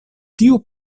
tiu